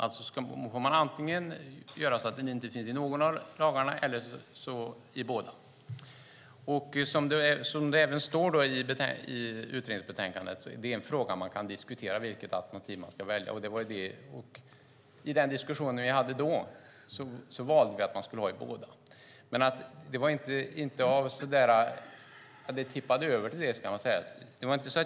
Då får man antingen göra så att det inte finns med i någon av lagarna eller att det finns med i båda. Som det även står i utredningsbetänkandet är frågan om vilket alternativ man ska välja något man kan diskutera. I den diskussion vi hade då valde vi att man skulle ha det i båda. Det tippade över till det, kan man säga.